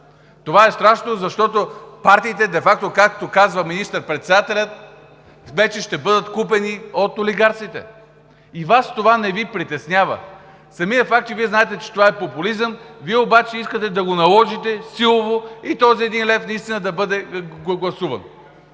Това е страшно, защото партиите де факто, както казва министър-председателят, вече ще бъдат купени от олигарсите. И Вас това не Ви притеснява – самият факт, че Вие знаете, че това е популизъм и че Вие обаче искате да го наложите силово и този един лев наистина да бъде гласуван.